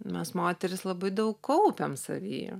mes moterys labai daug kaupiam savy